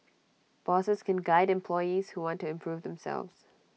bosses can guide employees who want to improve themselves